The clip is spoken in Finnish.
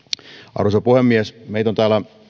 arvoisa puhemies meitä on täällä